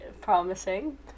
Promising